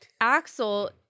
Axel